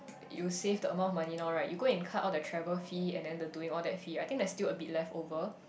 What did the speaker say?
you save the amount of money now right you go and cut all the travel fee and then the doing all that fee I think there's still a bit leftover